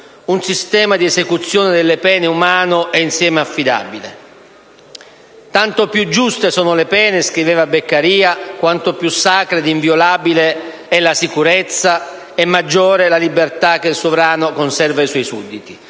un sistema di esecuzione delle pene umano e insieme affidabile. Tanto più giuste sono le pene, scriveva Beccaria, quanto più sacra ed inviolabile è la sicurezza e maggiore è la libertà che il sovrano conserva ai suoi sudditi: